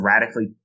radically